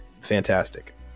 fantastic